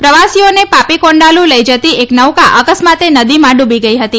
પ્રવાસીઓને પાપીકોંડાલુ લઈ જતી એક નૌકા અકસ્માતે નદીમાં ડૂબી ગઈ હતી